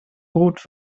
rot